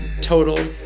Total